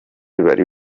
bari